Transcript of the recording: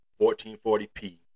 1440p